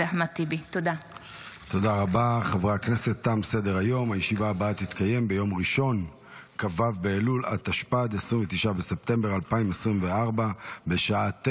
על מסקנות הוועדה המיוחדת לזכויות הילד בעקבות דיון מהיר